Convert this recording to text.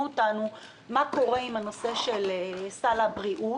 אותנו מה קורה עם הנושא של סל הבריאות.